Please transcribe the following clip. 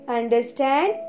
understand